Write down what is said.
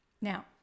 Now